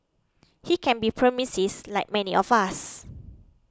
he can be pessimist like many of us